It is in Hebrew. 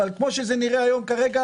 אבל כפי שזה נראה היום כרגע,